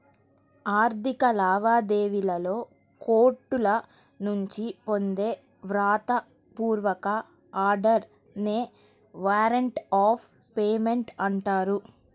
ఆర్థిక లావాదేవీలలో కోర్టుల నుంచి పొందే వ్రాత పూర్వక ఆర్డర్ నే వారెంట్ ఆఫ్ పేమెంట్ అంటారు